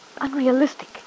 Unrealistic